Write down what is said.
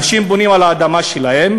אנשים בונים על האדמה שלהם,